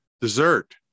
Dessert